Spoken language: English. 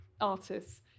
artists